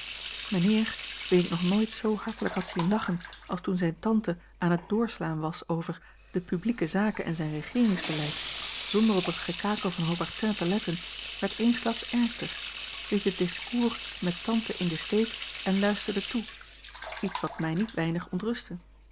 mijnheer wien ik nog nooit zoo hartelijk had zien lachen als toen zijne tante aan het doorslaan was over de publieke zaken en zijn regeeringsbeleid zonder op het gekakel van haubertin te letten werd eensklaps ernstig liet het discours met tante in den steek en luisterde toe iets wat mij niet weinig ontrustte